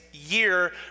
year